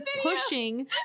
pushing